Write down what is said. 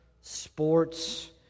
sports